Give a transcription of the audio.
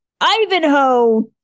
Ivanhoe